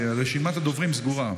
רשימת הדוברים סגורה.